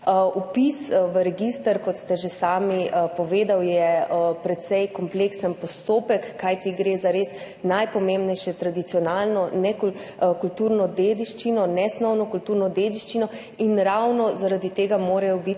Vpis v register, kot ste že sami povedali, je precej kompleksen postopek, kajti gre za res najpomembnejšo tradicionalno nesnovno kulturno dediščino. In ravno zaradi tega mora biti